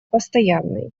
постоянной